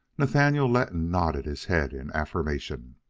nathaniel letton nodded his head in affirmation.